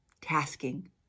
tasking